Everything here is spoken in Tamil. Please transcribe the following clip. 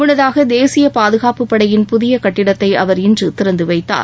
முன்னதாக தேசிய பாதுகாப்பு படையின் புதிய கட்டிடத்தை அவர் இன்று திறந்து வைத்தார்